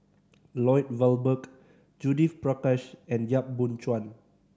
Lloyd Valberg Judith Prakash and Yap Boon Chuan